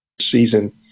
Season